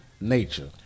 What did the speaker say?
nature